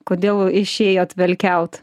kodėl išėjote velkiaut